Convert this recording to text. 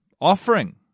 offering